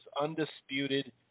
undisputed